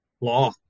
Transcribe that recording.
law